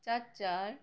চার চার